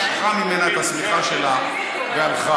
משכה ממנה את השמיכה שלה והלכה,